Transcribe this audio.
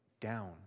down